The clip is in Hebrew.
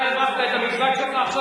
אתה הרווחת את המבזק שלך ב-Ynet,